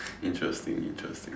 interesting interesting